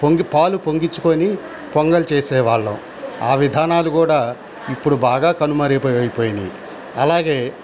పొంగి పాలు పొంగిచ్చుకొని పొంగలి చేసేవాళ్ళం ఆ విధానాలు కూడా ఇప్పుడు బాగా కనుమరుగు అయిపోయినియి అలాగే